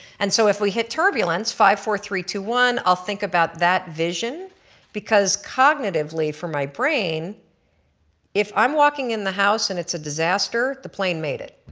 and so if we hit turbulence five, four, three, two, one i'll think about that vision because cognitively for my brain if i'm walking in the house and it's a disaster the plane made it